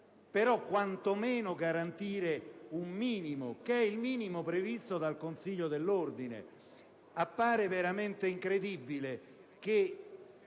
ma, quantomeno, si garantisca un minimo, quel minimo previsto dal Consiglio dell'ordine. Appare veramente incredibile che,